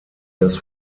das